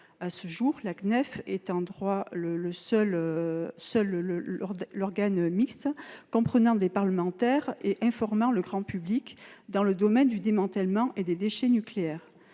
À ce jour, la CNEF est en droit le seul organe mixte comprenant des parlementaires et informant le grand public dans le domaine du démantèlement des installations nucléaires